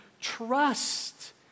trust